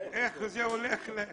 איך זה הולך?